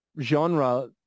genre